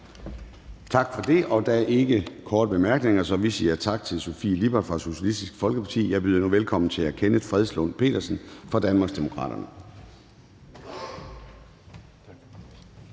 Gade): Der er ingen korte bemærkninger, så vi siger tak til fru Sofie Lippert fra Socialistisk Folkeparti. Jeg byder nu velkommen til hr. Kenneth Fredslund Petersen fra Danmarksdemokraterne.